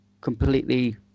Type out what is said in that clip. completely